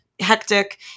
hectic